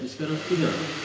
this kind of thing ah